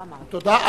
תודה.